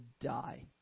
die